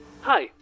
Hi